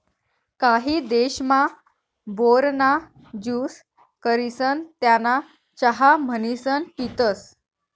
काही देशमा, बोर ना ज्यूस करिसन त्याना चहा म्हणीसन पितसं